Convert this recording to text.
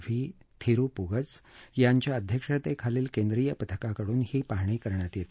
V Thiruppugazh यांच्या अध्यक्षतखलील केंद्रीय पथकाकडून ही पाहणी करण्यात येते